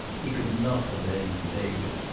he could not abandon david.